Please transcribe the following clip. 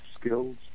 skills